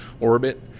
orbit